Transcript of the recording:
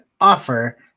offer